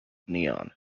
neon